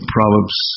Proverbs